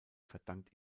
verdankt